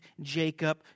Jacob